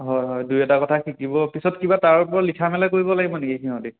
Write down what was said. হয় হয় দুই এটা কথা শিকিব পিছত কিবা তাৰ ওপৰত লিখা মেলা কৰিব লাগিব নেকি সিহঁতে